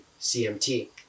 CMT